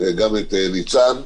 וגם את ניצן.